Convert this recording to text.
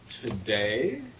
today